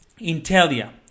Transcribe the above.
Intelia